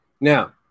now